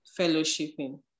fellowshipping